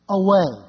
away